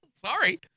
Sorry